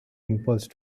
impulse